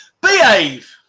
behave